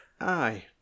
Aye